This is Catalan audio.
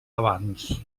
abans